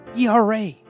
ERA